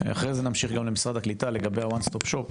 אחרי זה נמשיך למשרד הקליטה והעלייה לגבי ה-ONE STOP SHOP,